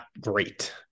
great